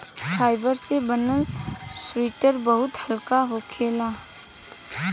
fibre से बनल sweater बहुत हल्का होखेला